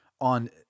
on